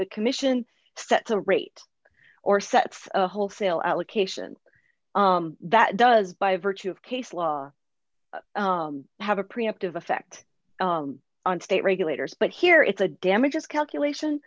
the commission sets a rate or sets a wholesale allocation that does by virtue of case law have a preemptive effect on state regulators but here is a damages calculation